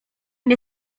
nie